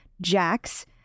jacks